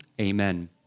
Amen